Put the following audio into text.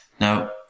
Now